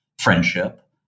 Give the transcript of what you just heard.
friendship